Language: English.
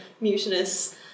mutinous